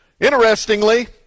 Interestingly